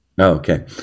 Okay